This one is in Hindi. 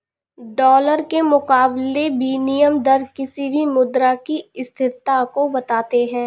डॉलर के मुकाबले विनियम दर किसी भी मुद्रा की स्थिरता को बताते हैं